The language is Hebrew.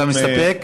אתה מסתפק?